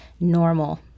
normal